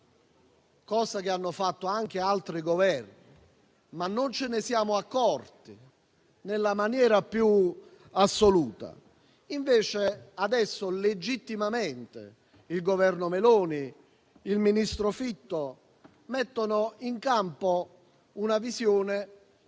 come hanno fatto anche altri Governi, ma non ce ne siamo accorti nella maniera più assoluta. Invece adesso, legittimamente, il Governo Meloni e il ministro Fitto mettono in campo una visione